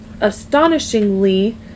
astonishingly